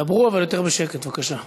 דברו, אבל יותר בשקט בבקשה.